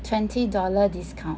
twenty dollar discount